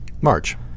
March